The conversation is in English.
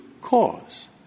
cause